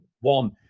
One